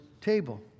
table